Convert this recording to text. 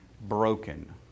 broken